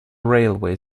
railway